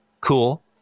cool